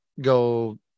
go